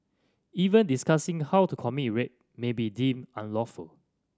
even discussing how to commit rape may be deemed unlawful